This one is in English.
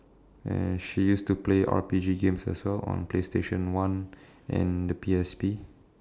and she used to play R_P_G games as well on play station one and the P_S_P